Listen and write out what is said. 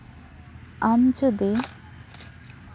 ᱟᱢ ᱡᱚᱫᱤ